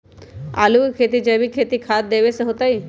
आलु के खेती जैविक खाध देवे से होतई?